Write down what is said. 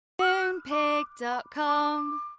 Moonpig.com